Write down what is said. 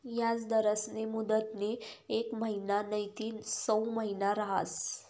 याजदरस्नी मुदतनी येक महिना नैते सऊ महिना रहास